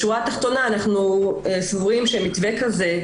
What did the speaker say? בשורה התחתונה אנחנו סבורים שמתווה כזה,